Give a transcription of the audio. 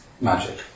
Magic